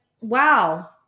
wow